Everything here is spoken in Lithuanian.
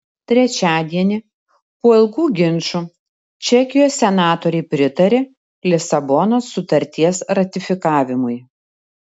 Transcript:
trečiadienį po ilgų ginčų čekijos senatoriai pritarė lisabonos sutarties ratifikavimui